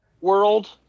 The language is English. world